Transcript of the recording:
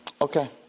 Okay